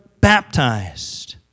baptized